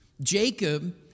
Jacob